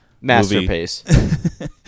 masterpiece